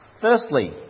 Firstly